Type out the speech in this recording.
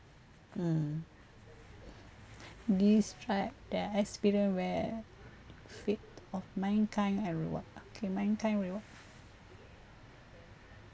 mm describe the experience where fate of mankind and reward okay mankind reward